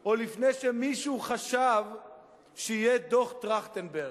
או לפני שמישהו חשב שיהיה דוח-טרכטנברג.